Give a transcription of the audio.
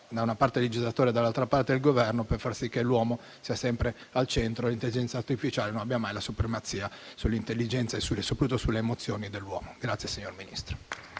da una parte il legislatore e dall'altra parte il Governo, per far sì che l'uomo rimanga sempre al centro e l'intelligenza artificiale non abbia mai la supremazia sull'intelligenza e soprattutto sulle emozioni dell'uomo.